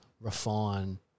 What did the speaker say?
refine